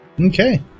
Okay